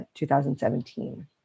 2017